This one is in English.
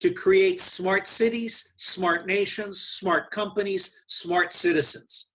to create smart cities, smart nations, smart companies, smart citizens.